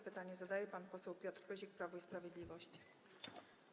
Pytanie zadaje pan poseł Piotr Pyzik, Prawo i Sprawiedliwość.